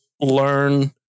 learn